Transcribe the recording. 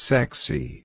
Sexy